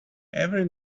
every